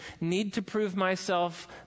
need-to-prove-myself